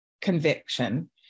conviction